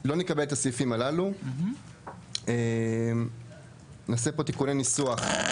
לא נקבל את הסעיפים הללו, נעשה פה תיקוני ניסוח.